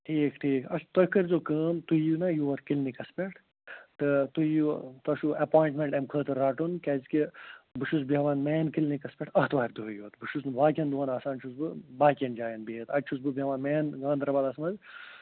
ٹھیٖک ٹھیٖک اَچھ تُہۍ کٔرۍزیٚو کٲم تُہۍ یِیِو نا یور کِلنِکَس پٮ۪ٹھ تہٕ تُہۍ یِیِو تۄہہِ چھُو ایپواینٛٹمٮ۪نٛٹ اَمہِ خٲطرٕ رَٹُن کیٛازِکہِ بہٕ چھُس بیٚہوان مین کِلنِکَس پٮ۪ٹھ آتھوار دۄہٕے یوت بہٕ چھُس نہٕ باقِیَن دۄہَن آسان چھُس بہٕ باقِیَن جایَن بِہِتھ اَتہِ چھُس بہٕ بہوان مین گانٛدربَلَس منٛز